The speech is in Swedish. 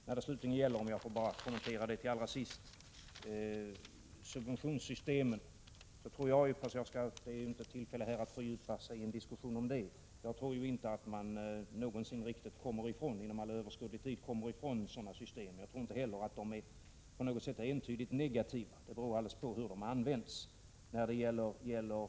Låt mig till sist kommentera frågan om subventionssystemen. Även om det nu inte är rätta tillfället att fördjupa sig i en diskussion om dessa vill jag säga att jag inte tror att man inom överskådlig tid kan helt komma ifrån sådana system. Jag tror inte heller att de är entydigt negativa; det beror helt på hur de används.